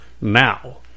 now